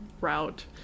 route